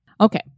Okay